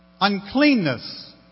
Uncleanness